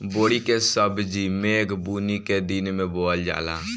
बोड़ी के सब्जी मेघ बूनी के दिन में बोअल जाला